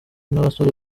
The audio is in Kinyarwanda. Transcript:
n’abasore